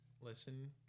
listen